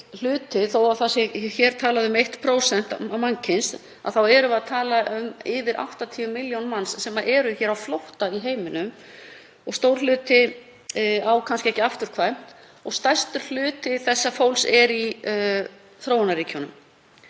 núna. Þó að hér sé talað um 1% mannkyns þá erum við að tala um yfir 80 milljónir manna sem eru á flótta í heiminum. Stór hluti á kannski ekki afturkvæmt og stærstur hluti þessa fólks er í þróunarríkjunum.